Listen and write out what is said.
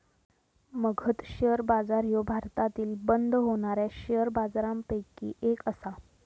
Magadh share बाजार ह्यो भारतातील बंद होणाऱ्या शेअर बाजारपैकी एक आसा